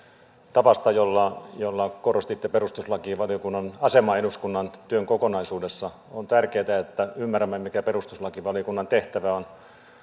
tavasta jolla korostitte perustuslakivaliokunnan asemaa eduskunnan työn kokonaisuudessa on tärkeätä että ymmärrämme mikä perustuslakivaliokunnan tehtävä on